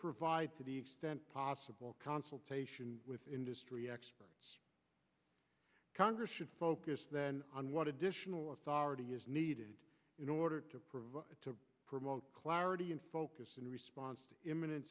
provide to the extent possible consultation with industry experts congress should focus then on what additional authority is needed in order to provide to promote clarity and focus in response to immin